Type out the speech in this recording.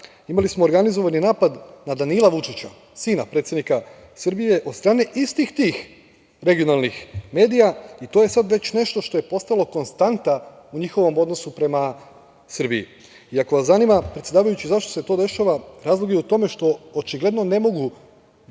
imali smo organizovani napad na Danila Vučića, sina predsednika Srbije od strane istih tih regionalnih medija i to je sad već nešto što je postalo konstanta u njihovom odnosu prema Srbiji. Ako vas zanima, predsedavajući, zašto se to dešava razlog je u tome što očigledno ne mogu